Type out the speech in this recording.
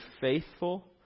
faithful